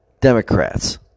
Democrats